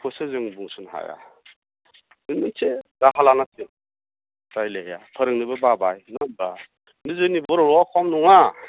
बेखौसो जों बुंस'नो हाया बे मोनसे राहा लानांसिगोन रायलाया फोरोंनोबो बाबाय नङा होम्बा खिन्थु जोंनि बर'आ खम नङा